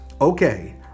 Okay